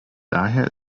daher